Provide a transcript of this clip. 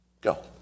Go